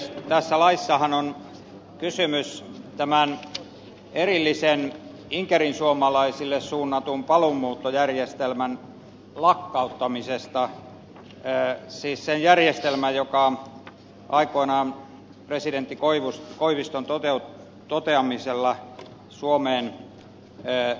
tässä laissahan on kysymys tämän erillisen inkerinsuomalaisille suunnatun paluumuuttojärjestelmän lakkauttamisesta siis sen järjestelmän joka aikoinaan presidentti koiviston toteamisella suomeen tuli